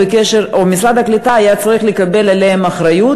משרד הקליטה היה צריך לקבל עליהם אחריות